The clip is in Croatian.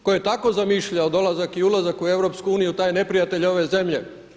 Tko je tako zamišljao dolazak i ulazak u EU taj je neprijatelj ove zemlje.